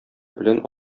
белән